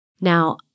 Now